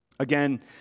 Again